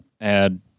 add